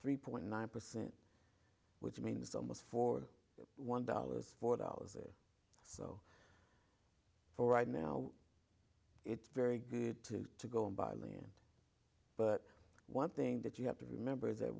three point nine percent which means almost for one dollars four dollars or so for right now it's very good to go and buy land but one thing that you have to remember is that